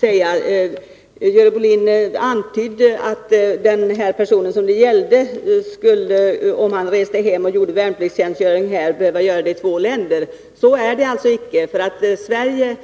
ta upp. Görel Bohlin antydde, att om den person som det här gäller skulle resa hem och göra värnplikt där, skulle han behöva göra militärtjänst i två länder. Så är det icke.